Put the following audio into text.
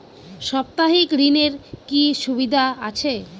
সাপ্তাহিক ঋণের কি সুবিধা আছে?